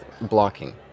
Blocking